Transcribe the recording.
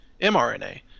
mRNA